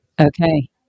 Okay